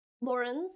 Lawrence